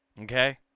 Okay